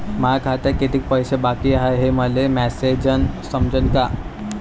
माया खात्यात कितीक पैसे बाकी हाय हे मले मॅसेजन समजनं का?